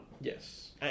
Yes